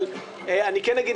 אבל אני כן אגיד,